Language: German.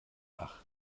ach